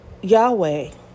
Yahweh